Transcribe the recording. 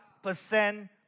percent